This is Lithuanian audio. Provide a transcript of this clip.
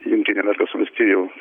jungtinių amerikos valstijų